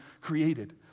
created